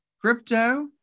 crypto